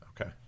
Okay